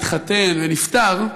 התחתן ונפטר,